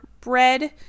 bread